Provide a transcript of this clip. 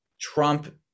Trump